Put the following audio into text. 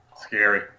Scary